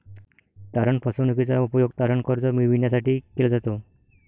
तारण फसवणूकीचा उपयोग तारण कर्ज मिळविण्यासाठी केला जातो